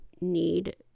need